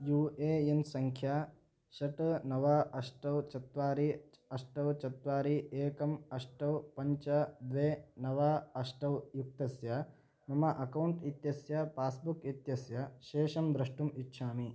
you A N सङ्ख्या षट् नव अष्ट चत्वारि अष्ट चत्वारि एकम् अष्ट पञ्च द्वे नव अष्ट युक्तस्य मम अकौण्ट् इत्यस्य पास्बुक् इत्यस्य शेषं द्रष्टुम् इच्छामि